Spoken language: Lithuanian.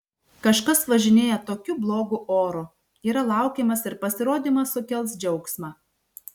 kažkas važinėja tokiu blogu oru yra laukiamas ir pasirodymas sukels džiaugsmą